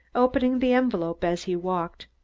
opening the envelope as he walked.